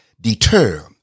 deter